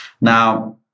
Now